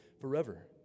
forever